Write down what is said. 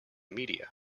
media